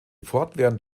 fortwährend